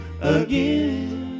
again